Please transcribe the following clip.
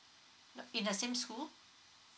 in the same school